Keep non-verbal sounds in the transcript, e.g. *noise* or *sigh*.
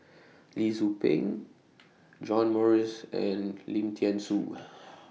Lee Tzu Pheng John Morrice and Lim Thean Soo *noise*